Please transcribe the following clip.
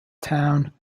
town